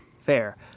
fair